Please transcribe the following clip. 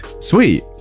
sweet